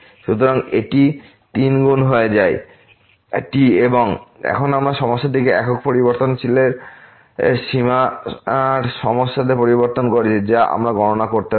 সুতরাং এটি 3 গুণ হয়ে যায় t এবং এখন আমরা সমস্যাটিকে একক পরিবর্তনশীলের সীমার সমস্যাতে পরিবর্তন করেছি যা আমরা গণনা করতে পারি